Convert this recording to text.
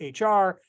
HR